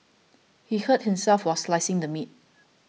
he hurt himself while slicing the meat